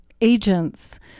agents